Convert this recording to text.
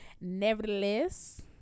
nevertheless